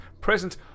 present